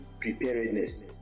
preparedness